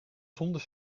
zonder